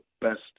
best